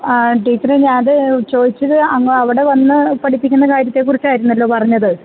ആ ടീച്ചറെ ഞാനത് ചോദിച്ചത് അവിടെ വന്ന് പഠിപ്പിക്കുന്ന കാര്യത്തെ കുറിച്ചായിരുന്നല്ലോ പറഞ്ഞത്